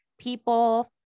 people